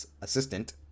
assistant